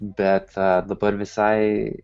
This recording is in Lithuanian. bet dabar visai